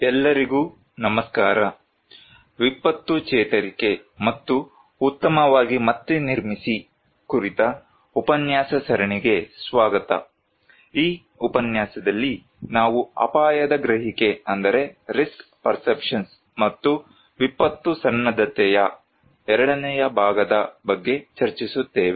ಎಲ್ಲರಿಗೂ ನಮಸ್ಕಾರ ವಿಪತ್ತು ಚೇತರಿಕೆ ಮತ್ತು ಉತ್ತಮವಾಗಿ ಮತ್ತೆ ನಿರ್ಮಿಸಿ ಕುರಿತ ಉಪನ್ಯಾಸ ಸರಣಿಗೆ ಸ್ವಾಗತ ಈ ಉಪನ್ಯಾಸದಲ್ಲಿ ನಾವು ಅಪಾಯದ ಗ್ರಹಿಕೆ ಮತ್ತು ವಿಪತ್ತು ಸನ್ನದ್ಧತೆಯ ಎರಡನೇ ಭಾಗದ ಬಗ್ಗೆ ಚರ್ಚಿಸುತ್ತೇವೆ